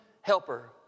helper